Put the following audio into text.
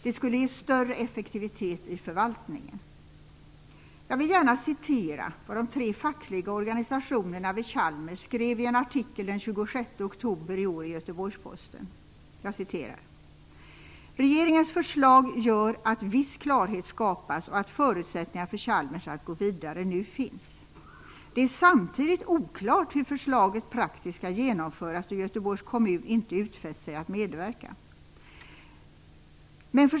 Det skulle också ge större effektivitet i förvaltningen. Jag vill gärna citera vad de tre fackliga organisationerna vid Chalmers skrev i en artikel den 26 oktober i år i Göteborgs-Posten: "Regeringens förslag gör att viss klarhet skapas och att förutsättningar för Chalmers att gå vidare nu finns. Det är samtidigt oklart hur förslaget praktiskt skall genomföras då Göteborgs kommun inte utfäst sig att medverka.